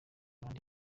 abandi